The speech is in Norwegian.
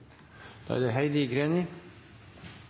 Da er det